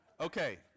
okay